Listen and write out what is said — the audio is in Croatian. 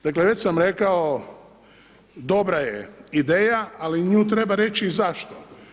Dakle, već sam rekao dobra je ideja, ali nju treba reći i zašto.